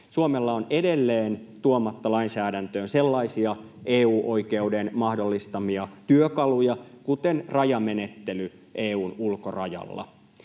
Suomella on edelleen tuomatta lainsäädäntöön sellaisia EU-oikeuden mahdollistamia työkaluja kuin rajamenettely EU:n ulkorajalla.